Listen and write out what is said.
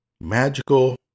magical